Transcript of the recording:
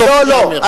טוב שייאמר.